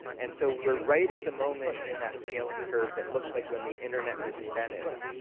and so we're right at the moment in that scaling curve that looks like when the internet was invented,